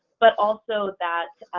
but also that